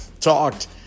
talked